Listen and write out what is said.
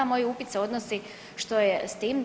Moj upit se odnosi što je s tim?